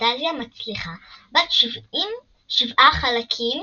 פנטזיה מצליחה בת שבעה חלקים